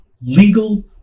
legal